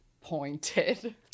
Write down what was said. pointed